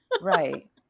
Right